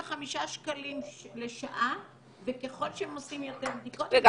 הם העלו להם ב-25 שקלים לשעה וככל שהם עושים יותר בדיקות --- רגע,